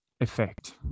effect